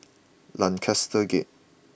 Lancaster Gate